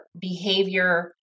behavior